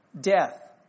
Death